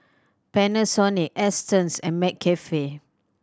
Panasonic Astons and McCafe